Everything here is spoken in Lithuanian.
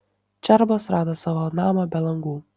čerbos rado savo namą be langų